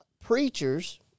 preachers